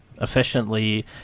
efficiently